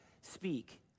Speak